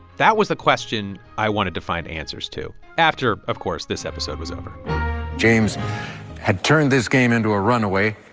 that was the question i wanted to find answers to. after, of course, this episode was over james had turned this game into a runaway.